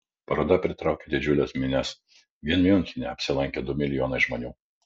paroda pritraukė didžiules minias vien miunchene apsilankė du milijonai žmonių